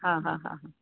हा हा हा